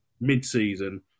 mid-season